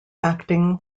acting